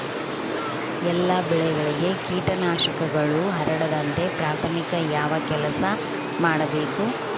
ಎಲ್ಲ ಬೆಳೆಗಳಿಗೆ ಕೇಟನಾಶಕಗಳು ಹರಡದಂತೆ ಪ್ರಾಥಮಿಕ ಯಾವ ಕೆಲಸ ಮಾಡಬೇಕು?